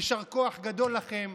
יישר כוח גדול לכם.